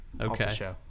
Okay